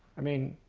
i mean,